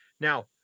Now